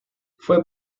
fue